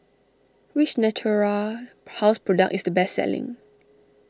which Natura House product is the best selling